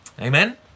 Amen